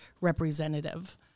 representative